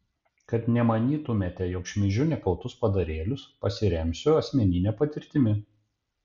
kad nemanytumėte jog šmeižiu nekaltus padarėlius pasiremsiu asmenine patirtimi